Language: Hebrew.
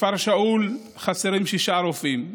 בכפר שאול חסרים שישה רופאים,